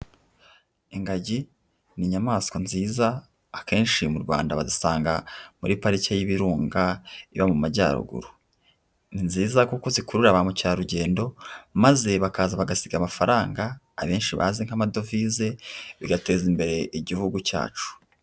Ingagi ni inyamaswa nziza akenshi mu Rwanda bazisanga muri pariki y'ibirunga iba mu majyaruguru. Ni nziza kuko zikurura ba mukerarugendo maze bakaza bagasiga amafaranga abenshi bazi nk'amadovize, bigateza imbere igihugu cyacu.